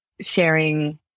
sharing